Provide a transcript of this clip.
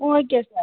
ம் okay sir